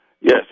Yes